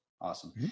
Awesome